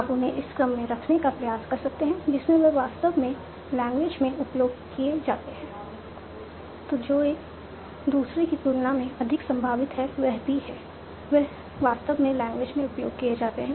आप उन्हें उस क्रम में रखने का प्रयास कर सकते हैं जिसमें वे वास्तव में लैंग्वेज में उपयोग किए जाते हैं